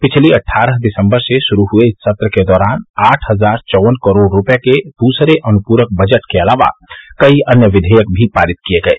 पिछली अट्ठारह दिसम्बर से शुरू हुये इस सत्र के दौरान आठ हजार चौवन करोड़ रूपये के दूसरे अनुपूरक बजट के अलावा कई अन्य विधेयक भी पारित किये गये